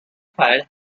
fire